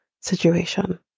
situation